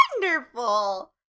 wonderful